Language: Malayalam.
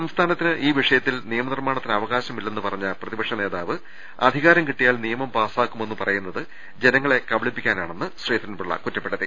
സംസ്ഥാനത്തിന് ഈ വിഷയത്തിൽ നിയമനിർമ്മാണത്തിന് അവ കാശമില്ലായെന്ന് പറഞ്ഞ പ്രതിപക്ഷ നേതാവ് അധികാരം കിട്ടിയാൽ നിയമം പാസാക്കുമെന്ന് പറയുന്നത് ജനങ്ങളെ കബളിപ്പിക്കാനാ ണെന്ന് ശ്രീധരൻപിള്ള കുറ്റപ്പെടുത്തി